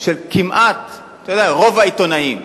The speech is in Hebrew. של כמעט רוב העיתונאים.